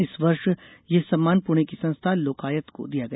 इस वर्ष यह सम्मान पुणे की संस्था लोकायत को दिया गया